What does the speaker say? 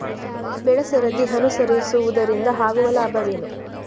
ಬೆಳೆಸರದಿ ಅನುಸರಿಸುವುದರಿಂದ ಆಗುವ ಲಾಭವೇನು?